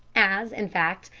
as, in fact,